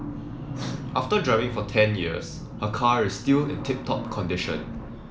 after driving for ten years her car is still in tip top condition